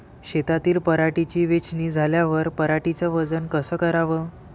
शेतातील पराटीची वेचनी झाल्यावर पराटीचं वजन कस कराव?